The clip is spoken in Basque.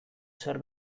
zer